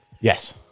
Yes